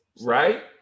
Right